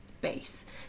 base